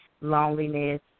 loneliness